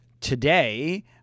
Today